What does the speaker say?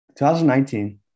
2019